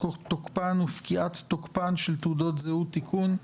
תוקפן ופקיעת תוקפן של תעודות זהות) (תיקון),